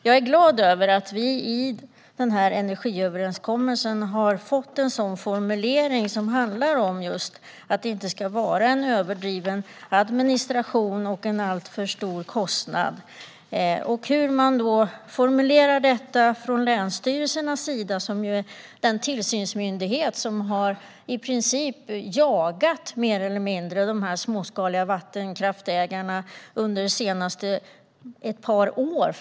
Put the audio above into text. Jag är glad över att vi i energiöverenskommelsen har fått en formulering just om att vi inte ska ha en överdriven administration och en alltför stor kostnad. Sedan är frågan hur man formulerar detta från länsstyrelsernas sida. De är ju den tillsynsmyndighet som mer eller mindre har jagat de småskaliga vattenkraftsägarna i ett par år.